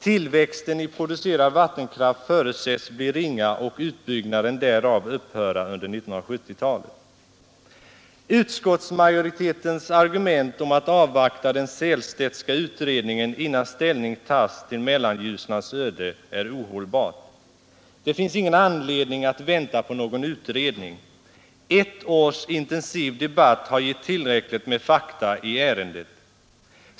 Tillväxten i producerad vattenkraft förutsätts bli ringa och utbyggnaden därav upphöra under 1970-talet. Utskottsmajoritetens argument om att avvakta den Sehlstedtska utredningen innan ställning tas till Mellanljusnans öde är ohållbart. Det finns ingen anledning att vänta på någon utredning. Ett års intensiv debatt har gett tillräckligt med fakta i ärendet.